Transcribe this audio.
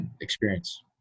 experience